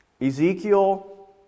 Ezekiel